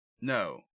No